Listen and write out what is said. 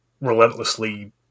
relentlessly